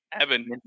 Evan